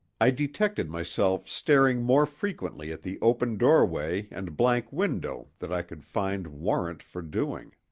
i detected myself staring more frequently at the open doorway and blank window than i could find warrant for doing.